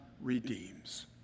redeems